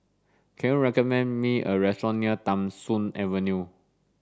can you recommend me a restaurant near Tham Soong Avenue